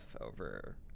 over